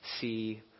see